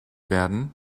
werden